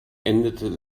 endete